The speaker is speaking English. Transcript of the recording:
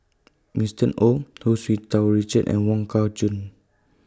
Winston O Hu Tsu Tau Richard and Wong Kah Chun